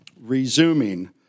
resuming